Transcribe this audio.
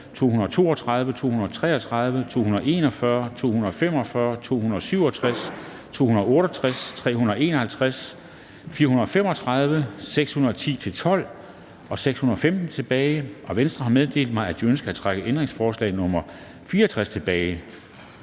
232, 233, 241, 245, 267, 268, 351, 435, 610-612 og 615 tilbage. Og Venstre har meddelt mig, at de ønsker at trække ændringsforslag nr. 64 tilbage.